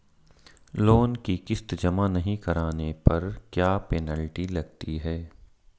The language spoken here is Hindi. लोंन की किश्त जमा नहीं कराने पर क्या पेनल्टी लगती है?